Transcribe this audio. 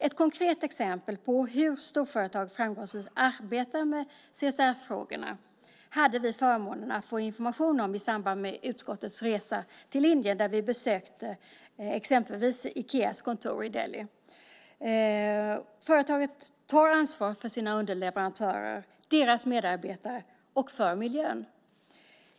Ett konkret exempel på hur storföretag framgångsrikt arbetar med CSR-frågorna hade vi förmånen att få information om i samband med utskottets resa till Indien där vi besökte exempelvis Ikeas kontor i New Dehli. Företaget tar ansvar för sina underleverantörer, deras medarbetare och miljön.